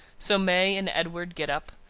so, may and edward get up,